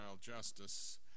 Justice